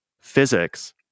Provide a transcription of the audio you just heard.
physics